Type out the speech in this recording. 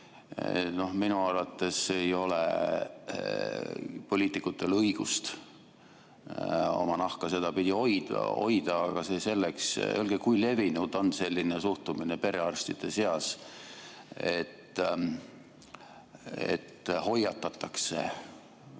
Minu arvates ei ole poliitikutel õigust oma nahka sedapidi hoida, aga see selleks. Kui levinud on selline suhtumine perearstide seas, et hoiatatakse